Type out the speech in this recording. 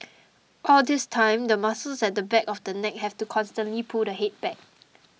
all this time the muscles at the back of the neck have to constantly pull the head back